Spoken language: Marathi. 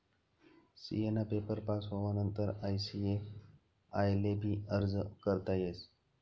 सी.ए ना पेपर पास होवानंतर आय.सी.ए.आय ले भी अर्ज करता येस